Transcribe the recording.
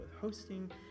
hosting